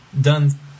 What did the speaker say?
done